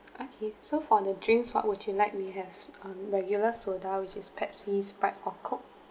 okay so for the drinks what would you like we have uh regular soda which is pepsi sprite or coke